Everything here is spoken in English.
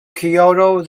kyoto